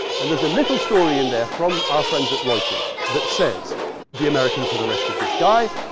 and there's a little story in there from our friends at reuters that says the americans have arrested this guy.